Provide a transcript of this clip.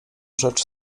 rzecz